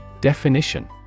definition